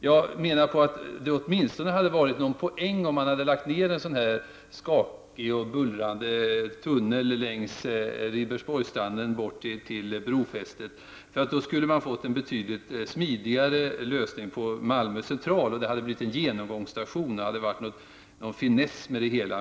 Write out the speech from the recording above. Jag menar att det åtminstone hade varit någon poäng om man hade lagt ned en så skakig och bullrande tunnel längs Ribersborgsstranden bort till brofästet. Det hade blivit en betydligt smidigare lösning för Malmö central, som hade blivit en genomgångsstation. Då hade det varit någon finess med det hela.